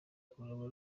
kurangwa